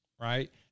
right